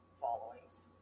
followings